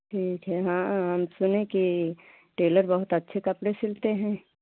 ठीक है हाँ हाँ हम सुने कि टेलर बहुत अच्छे कपड़े सिलते हैं